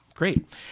Great